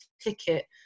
ticket